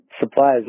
supplies